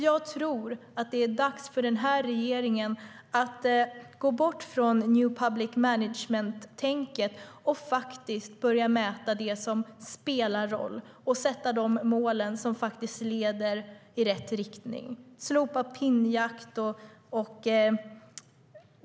Jag tror att det är dags för regeringen att gå bort från new public management-tänket och börja mäta det som spelar roll, sätta de mål som leder i rätt riktning och slopa pinnjakten.